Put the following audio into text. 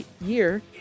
Year